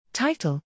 Title